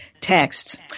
texts